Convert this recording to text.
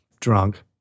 drunk